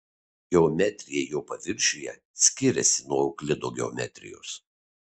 geometrija jo paviršiuje skiriasi nuo euklido geometrijos